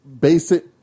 basic